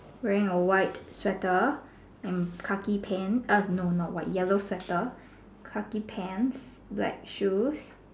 wearing a white sweater and khaki pants um no not white yellow sweater khaki pants black shoes